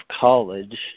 college –